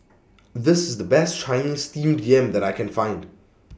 This IS The Best Chinese Steamed Yam that I Can Find